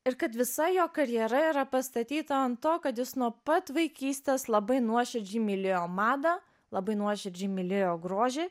ir kad visa jo karjera yra pastatyta ant to kad jis nuo pat vaikystės labai nuoširdžiai mylėjo madą labai nuoširdžiai mylėjo grožį